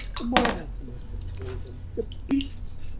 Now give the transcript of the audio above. the marvells must have told him the beasts!